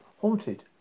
haunted